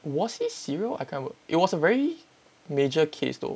was he serial I can't it was a very major case though